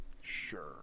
Sure